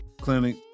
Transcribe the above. clinic